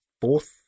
fourth